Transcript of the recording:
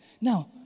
Now